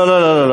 לא לא לא,